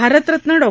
Bharat Ratna Dr